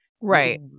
right